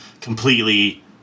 completely